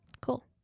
Cool